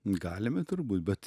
galime turbūt bet